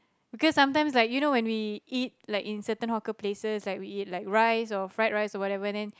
because sometime like you know when we eat like in center hawker places then we eat like rice or fried rice or whatever in